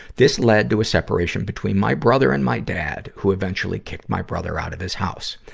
this led to a separation between my brother and my dad, who eventually kicked my brother out of his house.